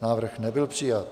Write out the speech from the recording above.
Návrh nebyl přijat.